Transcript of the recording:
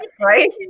Right